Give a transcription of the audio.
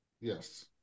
Yes